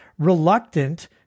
Reluctant